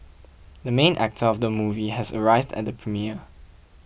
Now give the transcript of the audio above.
the main actor of the movie has arrived at the premiere